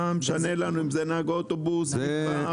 מה משנה לנו אם זה נהג אוטובוס או משהו אחר.